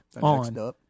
on